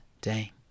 day